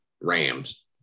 Rams